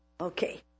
Okay